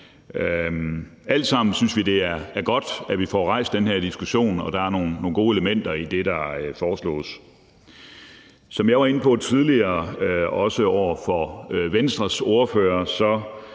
Vi synes, det er godt, at vi får rejst den her diskussion, og der er nogle gode elementer i det, der foreslås. Som jeg var inde på tidligere, også over for Venstres ordfører,